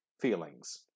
feelings